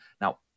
Now